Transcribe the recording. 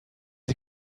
sie